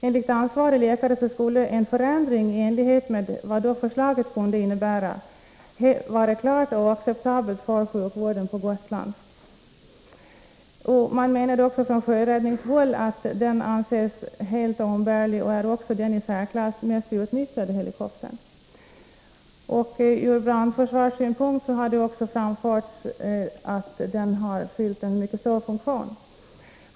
Enligt ansvarig läkare skulle en förändring i enlighet med förslaget vara klart oacceptabel för sjukvården på Gotland. Från sjöräddningshåll anses denna helikopter vara helt oumbärlig, och den är också den i särklass mest utnyttjade helikoptern. Också ur brandförsvarssynpunkt har helikoptern mycket stor betydelse.